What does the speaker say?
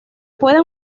pueden